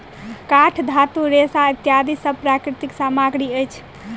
काठ, धातु, रेशा इत्यादि सब प्राकृतिक सामग्री अछि